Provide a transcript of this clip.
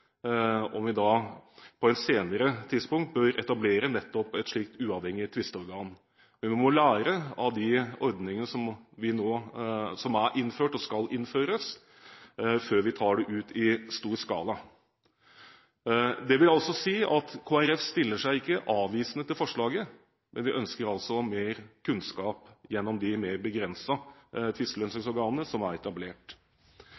om vi på et senere tidspunkt bør etablere nettopp et slikt uavhengig tvisteorgan. Men vi må lære av de ordningene som er innført – og skal innføres – før vi tar det ut i stor skala. Det vil si at Kristelig Folkeparti ikke stiller seg avvisende til forslaget, men vi ønsker mer kunnskap gjennom de